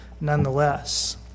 nonetheless